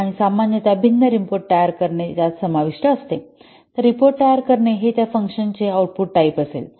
आणि सामान्यत भिन्न रिपोर्ट तयार करणे समाविष्ट असते तर रिपोर्ट तयार करणे हे त्या फंकशन्स चे आउटपुट टाईप असेल